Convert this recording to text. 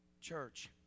church